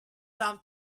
some